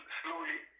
slowly